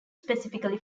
specifically